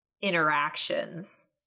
interactions